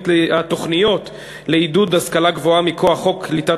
התוכניות לעידוד השכלה גבוהה מכוח חוק קליטת